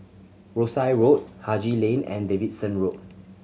Rosyth Road Haji Lane and Davidson Road